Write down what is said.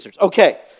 Okay